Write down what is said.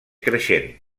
creixent